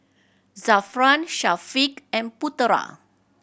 Zafran Syafiq and Putera